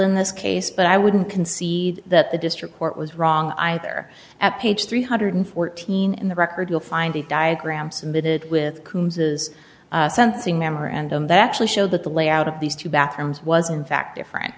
in this case but i wouldn't concede that the district court was wrong either at page three hundred and fourteen in the record you'll find the diagram submitted with coombs is sentencing memorandum that actually show that the layout of these two bathrooms wasn't fact different